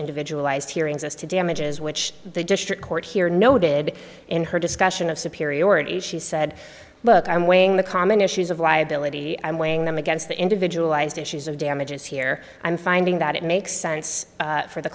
individual ised hearings us to damages which the district court here noted in her discussion of superior dorothy she said look i'm weighing the common issues of liability i'm weighing them against the individual i used issues of damages here i'm finding that it makes sense for the